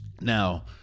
Now